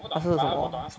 他是什么